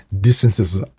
distances